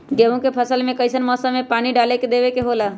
गेहूं के फसल में कइसन मौसम में पानी डालें देबे के होला?